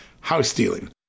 house-stealing